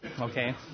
Okay